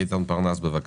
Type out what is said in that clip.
איתן פרנס, בבקשה.